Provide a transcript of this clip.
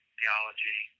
theology